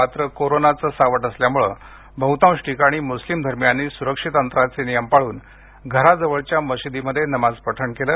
मात्र कोरोनाचं सावट असल्यामुळे बहुतांश ठिकाणी मुस्लिम धर्मीयांनी सुरक्षित अंतराचे नियम पाळून घराजवळच्या मशिदींमध्ये नमाज पठण केलं